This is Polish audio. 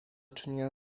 czynienia